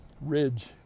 ridge